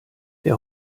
der